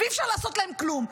ואי-אפשר לעשות להם כלום.